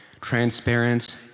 transparent